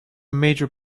major